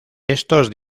estos